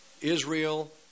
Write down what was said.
Israel